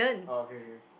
orh okay okay